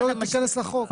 היא לא תיכנס לחוק.